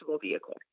vehicle